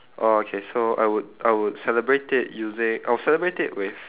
orh okay so I would I would celebrate it using I would celebrate it with